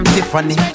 Tiffany